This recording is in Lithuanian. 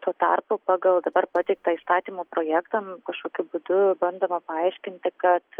tuo tarpu pagal dabar pateiktą įstatymo projektą kažkokiu būdu bandoma paaiškinti kad